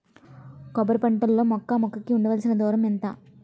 కొబ్బరి పంట లో మొక్క మొక్క కి ఉండవలసిన దూరం ఎంత